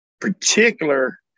particular